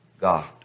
God